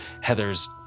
Heather's